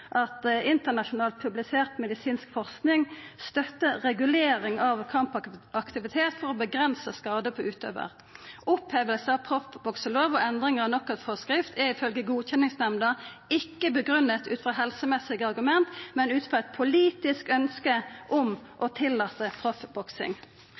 at internasjonalt publisert medisinsk forsking støttar regulering av kampaktivitet for å avgrensa skade på utøvar. Oppheving av proffbokselova og endring av knockoutforskrifta er ifølgje Godkjenningsnemnda ikkje grunngjeven i helsemessige argument, men ut frå eit politisk ønske om